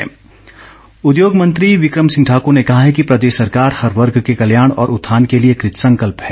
become Singh उद्योग मंत्री बिकम सिंह ठाकूर ने कहा है कि प्रदेश सरकार हर वर्ग के कल्याण और उत्थान के लिए कृतसंकल्प है